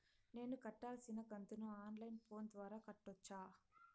నేను కట్టాల్సిన కంతును ఆన్ లైను ఫోను ద్వారా కట్టొచ్చా?